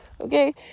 Okay